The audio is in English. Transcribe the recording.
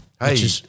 Hey